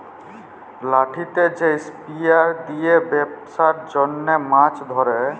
লাঠিতে যে স্পিয়ার দিয়ে বেপসার জনহ মাছ ধরে